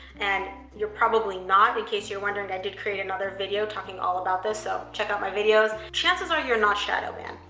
and you're probably not. case you're wondering, i did create another video talking all about this, so check out my videos. chances are you're not shadow banned.